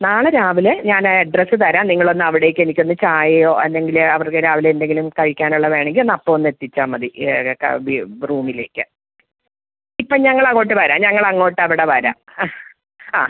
നാളെ രാവിലെ ഞാന് അഡ്രസ്സ് തരാം നിങ്ങളൊന്ന് അവിടേക്കെനിക്കൊന്ന് ചായയോ അല്ലെങ്കില് അവർക്ക് രാവിലെ എന്തെങ്കിലും കഴിക്കാനുള്ള വേണെങ്കിയൊന്നപ്പോന്ന് എത്തിച്ചാല് മതി ഏഴരയൊക്കെ ആവുമ്പോഴേക്കും റൂമിലേക്ക് ഇപ്പോള് ഞങ്ങളങ്ങോട്ട് വരാം ഞങ്ങളങ്ങോട്ടവിടെ വരാം ആ ആ